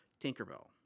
Tinkerbell